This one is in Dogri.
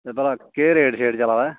ते भला केह् रेट शेट चला दा ऐ